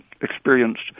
experienced